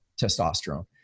testosterone